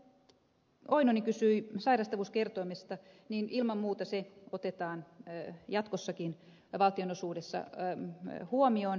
pentti oinonen kysyi sairastavuuskertoimesta niin ilman muuta se otetaan jatkossakin valtionosuudessa huomioon